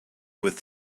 with